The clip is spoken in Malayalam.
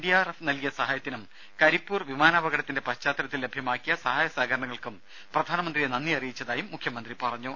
ഡിആർഎഫ് നൽകിയ സഹായത്തിനും കരിപ്പൂർ വിമാനാപകടത്തിന്റെ പശ്ചാത്തലത്തിൽ ലഭ്യമാക്കിയ സഹായ സഹകരണങ്ങൾക്കും പ്രധാനമന്ത്രിയെ നന്ദി അറിയിച്ചതായും മുഖ്യമന്ത്രി പറഞ്ഞു